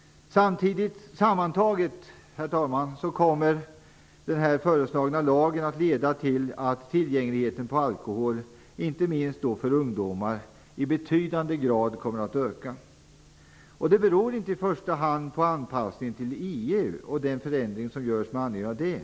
Herr talman! Sammantaget kommer den föreslagna lagen att leda till att tillgängligheten när det gäller alkohol, inte minst för ungdomar, kommer att öka i betydande grad. Det beror inte i första hand på anpassningen till EU och den förändring som görs med anledning av det.